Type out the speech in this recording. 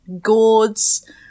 gourds